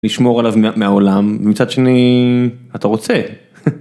לשמור עליו מהעולם. מצד שני, אתה רוצה.